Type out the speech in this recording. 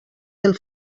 del